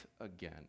again